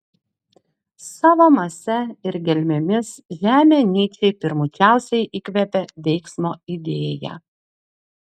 savo mase ir gelmėmis žemė nyčei pirmučiausiai įkvepia veiksmo idėją